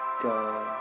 go